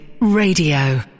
Radio